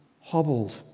hobbled